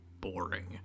boring